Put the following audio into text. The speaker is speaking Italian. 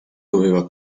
doveva